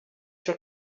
sûr